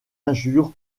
injure